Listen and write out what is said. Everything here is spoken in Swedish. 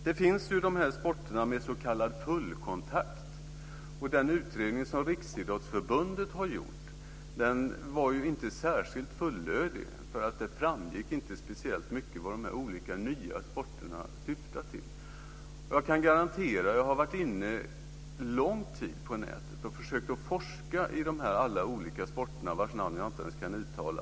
Det finns sporter med s.k. fullkontakt. Den utredning som Riksidrottsförbundet har gjort var inte särskilt fullödig. Det framgick inte speciellt mycket vad de olika nya sporterna syftar till. Jag har varit inne lång tid på Internet och försökt att forska i alla de olika sporter vars namn jag inte ens kan uttala.